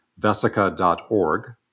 vesica.org